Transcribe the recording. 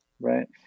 Right